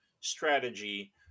strategy